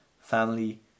family